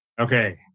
Okay